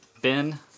ben